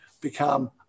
become